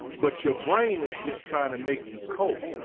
but your brain is just trying to make you cope.